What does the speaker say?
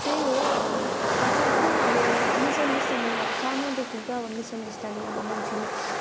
त्यही हो अब आफ्नो आफ्नो अब मिसअन्डर्सट्यान्डिङ अब सानोदेखिको अब मिसअन्डर्सट्यान्डिङ अब मान्छेले